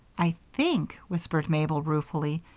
i think, whispered mabel, ruefully,